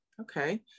Okay